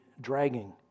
dragging